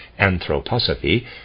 anthroposophy